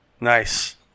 Nice